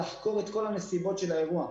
לחקור את כל נסיבות האירוע.